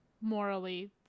morally